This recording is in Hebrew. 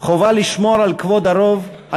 חובה לשמור על כבוד הרוב,